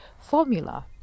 formula